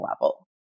level